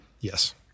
Yes